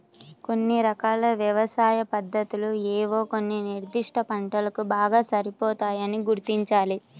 కొన్ని రకాల వ్యవసాయ పద్ధతులు ఏవో కొన్ని నిర్దిష్ట పంటలకు బాగా సరిపోతాయని గుర్తించాలి